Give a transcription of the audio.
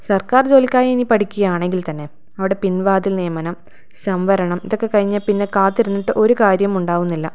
സർക്കാർ ജോലിക്കായി ഇനി പഠിക്കുകയാണെങ്കിൽ തന്നെ അവിടെ പിൻവാതിൽ നിയമനം സംവരണം ഇതൊക്കെ കഴിഞ്ഞാൽ പിന്നെ കാത്തിരുന്നിട്ട് ഒരു കാര്യം ഉണ്ടാവുന്നില്ല